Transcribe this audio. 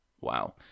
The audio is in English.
wow